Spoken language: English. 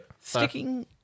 Sticking